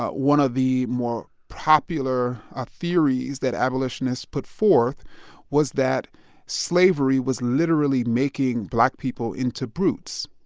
ah one of the more popular ah theories that abolitionists put forth was that slavery was literally making black people into brutes.